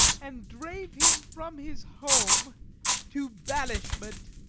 and drave him from his home to banishment.